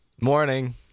morning